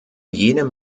jenem